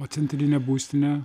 o centrinė būstinė